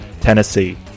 Tennessee